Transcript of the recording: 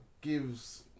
gives